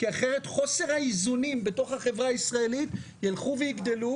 כי אחרת חוסר האיזונים בתוך החברה הישראלית ילך ויגדל,